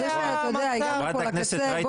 זה שאתה יודע הגענו פה לקצה,